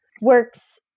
works